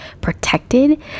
protected